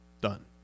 done